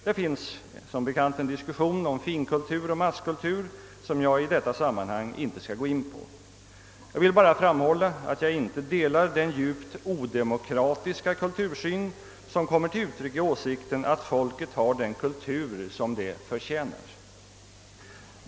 Det pågår en diskussion om finkultur och masskultur som jag i detta sammanhang inte skall gå in på. Jag vill bara framhålla att jag inte delar den djupt odemokratiska kultursyn som kommer till uttryck i åsikten att folket har den kultur det förtjänar.